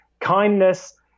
kindness